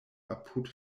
apud